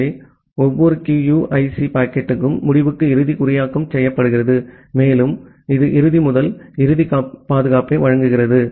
எனவே ஒவ்வொரு QUIC பாக்கெட்டும் முடிவுக்கு இறுதி குறியாக்கம் செய்யப்படுகிறது மேலும் இது இறுதி முதல் இறுதி பாதுகாப்பை வழங்குகிறது